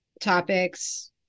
topics